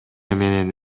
менен